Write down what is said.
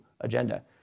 agenda